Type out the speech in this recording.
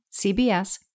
CBS